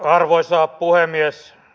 arvoisa puhemies